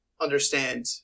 understand